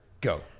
go